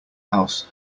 house